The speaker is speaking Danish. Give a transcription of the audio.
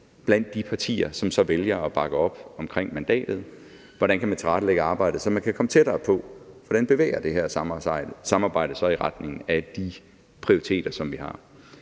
for de partier, som så vælger at bakke op omkring mandatet: Hvordan kan man tilrettelægge arbejdet, så man kan komme tættere på; hvordan bevæger det her samarbejde sig i retning af de prioriteter, som vi har?